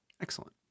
Excellent